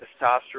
testosterone